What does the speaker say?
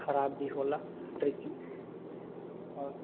ख़राब भी होला ट्रिपिंग आओर